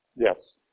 Yes